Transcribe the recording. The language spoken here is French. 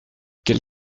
quel